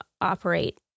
operate